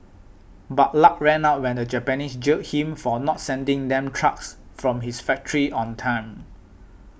but luck ran out when the Japanese jailed him for not sending them trucks from his factory on time